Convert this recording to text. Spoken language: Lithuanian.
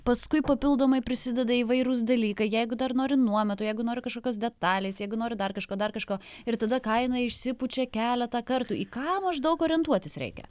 paskui papildomai prisideda įvairūs dalykai jeigu dar nori nuometo jeigu nori kažkokios detalės jeigu nori dar kažko dar kažko ir tada kaina išsipučia keletą kartų į ką maždaug orientuotis reikia